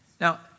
Now